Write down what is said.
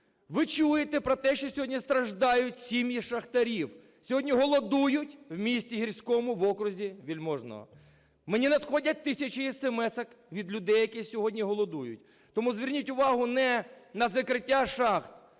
Ви чуєте про те, що сьогодні страждають сім'ї шахтарів. Сьогодні голодують в місті Гірському в окрузі Вельможного. Мені надходять тисячі есемесок від людей, які сьогодні голодують. Тому зверніть увагу не на закриття шахт,